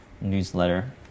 newsletter